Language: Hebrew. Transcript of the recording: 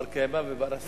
בר-קיימא ובר-השגה.